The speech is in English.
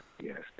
yes